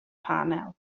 panel